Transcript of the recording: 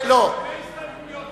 כהצעת הוועדה, נתקבל.